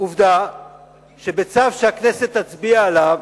עובדה שלפי הצו שהכנסת תצביע עליו